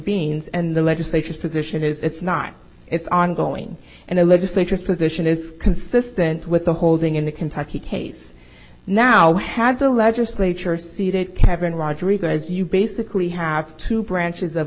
es and the legislature position is it's not it's ongoing and the legislature position is consistent with the holding in the kentucky case now had the legislature seated kevin rodriguez you basically have two branches of